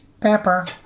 Pepper